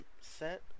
set